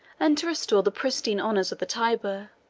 and to restore the pristine honors of the tyber